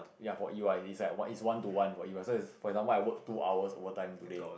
ya for you it is like what is one to one for you ah so its for example I work two hours overtime today